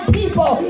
people